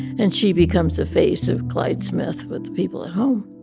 and she becomes the face of clyde smith with the people at home